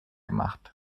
gemacht